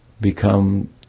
become